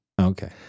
Okay